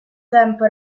tempo